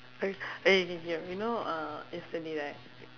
o~ eh ya you know uh recently right